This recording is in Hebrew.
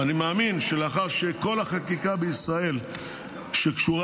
ואני מאמין שלאחר שכל החקיקה בישראל שקשורה